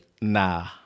Nah